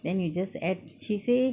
then you just add she say